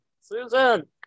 susan